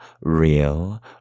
real